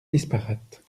disparate